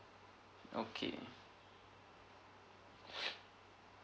okay